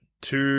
two